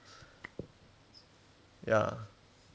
ya